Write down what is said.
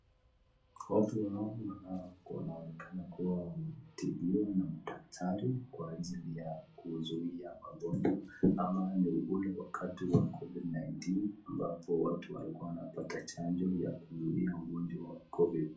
Watu hawa wanaonekana kuwa wametibiwa na madaktari, kwa ajlili ya kuzuia magaonjwa, ama ni ule wakati wa covid nineteen, ambapo watu walikuwa wanapata chanjo ya kuzuia ugonjwa wa covid.